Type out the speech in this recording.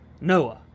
noah